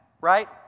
right